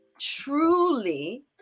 truly